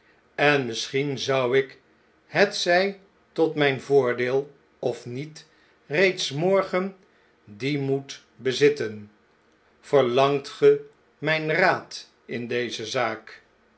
en misschien zou ik hetzij tot mijn voordeel of niet reeds morgen dien moed bezitten verlangt ge mijn raad in deze zaak